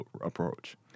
approach